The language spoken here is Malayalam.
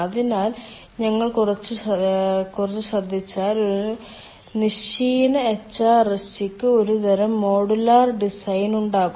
അതിനാൽ ഞങ്ങൾ കുറച്ച് ശ്രദ്ധിച്ചാൽ ഒരു തിരശ്ചീന HRSG ക്ക് ഒരുതരം മോഡുലാർ ഡിസൈൻ ഉണ്ടാകും